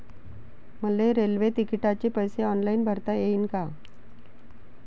मले रेल्वे तिकिटाचे पैसे ऑनलाईन भरता येईन का?